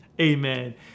amen